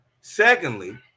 secondly